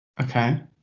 Okay